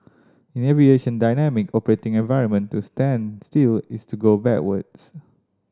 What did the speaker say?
in aviation dynamic operating environment to stand still is to go backwards